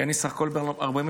כי אני בסך הכול בן 43,